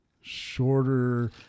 shorter